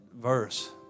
verse